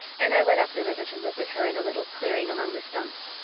and i went up the river to live with her in a little clearing among the stumps.